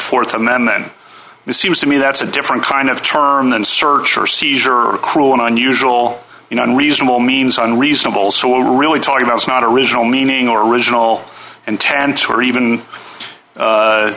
the th amendment it seems to me that's a different kind of term than search or seizure or cruel and unusual you know unreasonable means unreasonable so we're really talking about is not original meaning or original intent to or even